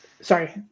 sorry